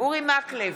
אורי מקלב,